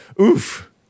Oof